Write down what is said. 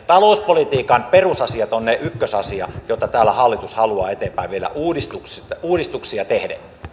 talouspolitiikan perusasiat on ykkösasia jota täällä hallitus haluaa eteenpäin viedä uudistuksia tehden